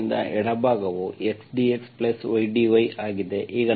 ಆದ್ದರಿಂದ ಎಡಭಾಗವು xdxydy ಆಗಿದೆ